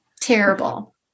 terrible